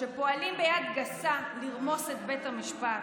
פועלים ביד גסה לרמוס את בית המשפט,